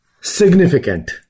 significant